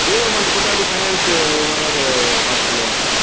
due amount போட்டாலும் அது finance மூலிமா தான் சார் அது பார்த்து சொல்லுவாங்கள்